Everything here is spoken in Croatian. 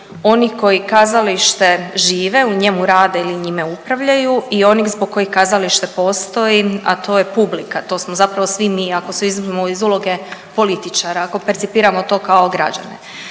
onih koji kazalište žive, u njemu rade ili njime upravljaju i onih zbog kojih kazalište postoji, a to je publika to smo zapravo svi mi ako se izuzmemo iz uloge političara ako percipiramo to kao građani.